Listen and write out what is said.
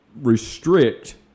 restrict